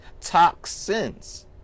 Toxins